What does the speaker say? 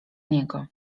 niego